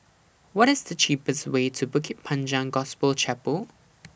What IS The cheapest Way to Bukit Panjang Gospel Chapel